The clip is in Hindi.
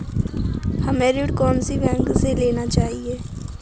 हमें ऋण कौन सी बैंक से लेना चाहिए?